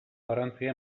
garrantzia